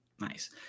Nice